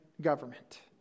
government